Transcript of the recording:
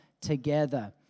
together